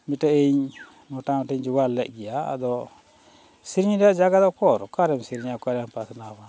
ᱢᱤᱫᱴᱮᱡ ᱤᱧ ᱢᱚᱴᱟᱢᱩᱴᱤᱧ ᱡᱚᱜᱟᱲ ᱞᱮᱫ ᱜᱮᱭᱟ ᱟᱫᱚ ᱥᱮᱨᱮᱧ ᱨᱮᱭᱟᱜ ᱡᱟᱭᱜᱟ ᱫᱚ ᱩᱠᱩᱨ ᱚᱠᱟᱨᱮᱢ ᱥᱮᱨᱮᱧᱟ ᱚᱠᱟᱨᱮᱢ ᱯᱟᱥᱱᱟᱣᱟ